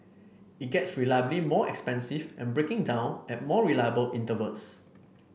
it gets reliably more expensive and breaking down at more reliable intervals